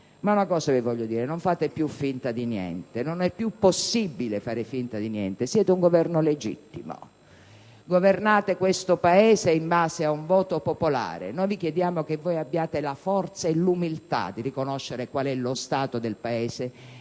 Ma una cosa vi voglio dire: non fate più finta di niente! Non è più possibile fare finta di niente. Siete un Governo legittimo, governate questo Paese in base ad un voto popolare. Noi vi chiediamo di avere la forza e l'umiltà di riconoscere qual è lo stato del Paese